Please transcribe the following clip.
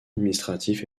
administratif